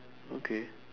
okay